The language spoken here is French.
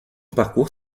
parcours